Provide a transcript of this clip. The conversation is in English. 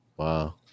Wow